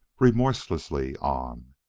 remorselessly on.